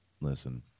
listen